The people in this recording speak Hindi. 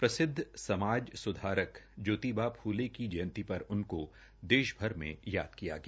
प्रसिद्ध समाज सुधारक ज्योतिबा फूले की जयंती पर उनको देशभर में याद किया गया